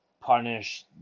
punish